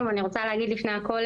לפני הכול,